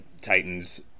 titans